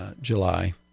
July